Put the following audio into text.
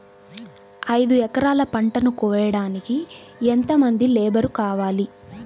ఐదు ఎకరాల పంటను కోయడానికి యెంత మంది లేబరు కావాలి?